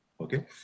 Okay